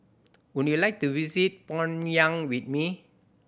would you like to visit Pyongyang with me